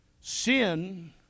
Sin